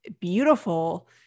beautiful